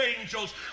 angels